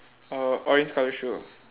err orange colour shoe